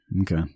Okay